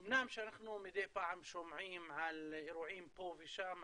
אמנם אנחנו מדי פעם שומעים על אירועים פה ושם,